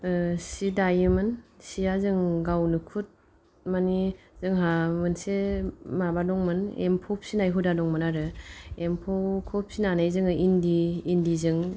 सि दायोमोन सिया जों गावनो खुद माने जोंहा मोनसे माबा दंमोन एम्फौ फिसिनाय हुदा दंमोन आरो एम्फौखौ फिसिनानै जोङो इन्दि इन्दिजों